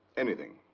anything.